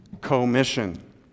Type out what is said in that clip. commission